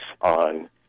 on